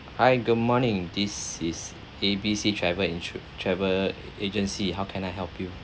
hi good morning this is A B C travel insu~ travel agency how can I help you